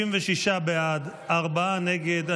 66 בעד, ארבעה נגד.